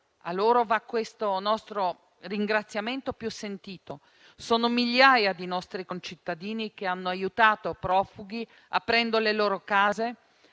a loro va il nostro ringraziamento più sentito. Sono migliaia i nostri concittadini che hanno aiutato i profughi, aprendo le loro case,